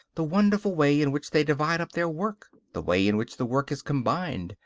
the wonderful way in which they divide up their work, the way in which the work is combined,